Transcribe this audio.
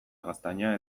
gaztaina